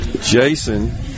Jason